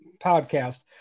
podcast